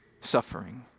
suffering